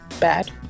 bad